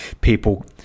people